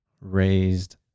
raised